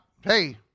Hey